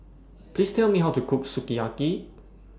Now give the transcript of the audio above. Please Tell Me How to Cook Sukiyaki